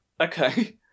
Okay